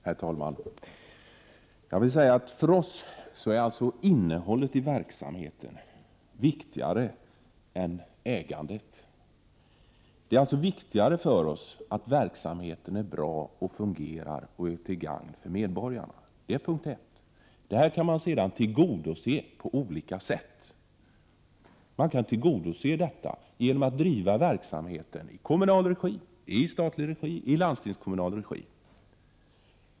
Herr talman! Jag vill säga att för oss är innehållet i verksamheten viktigare än ägandet. Det är alltså viktigare för oss att verksamheten är bra och fungerar och är till gagn för medborgarna. Detta kan man sedan tillgodose på olika sätt: genom att driva verksamheten i kommunal regi, i statlig regi eller i landstingskommunal regi.